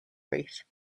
wreath